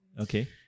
Okay